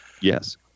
Yes